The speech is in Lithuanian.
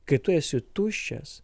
kai tu esi tuščias